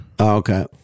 Okay